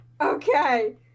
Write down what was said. Okay